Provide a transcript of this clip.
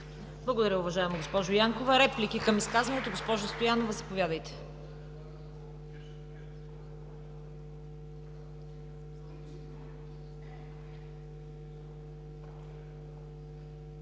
Благодаря Ви, уважаема госпожо Янкова. Реплики към изказването? Госпожо Стоянова, заповядайте.